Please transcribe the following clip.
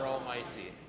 Almighty